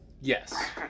yes